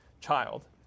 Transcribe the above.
child